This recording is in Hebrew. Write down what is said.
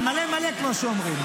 על מלא מלא, כמו שאומרים.